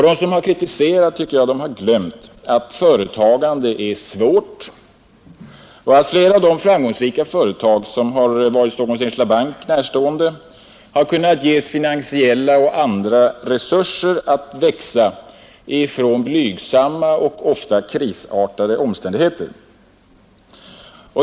De som har kritiserat har glömt att företagande är svårt och att flera av de framgångsrika företag som har varit Stockholms enskilda bank närstående har kunnat ges finansiella och andra resurser att växa ifrån blygsamma och ofta krisartade omständigheter.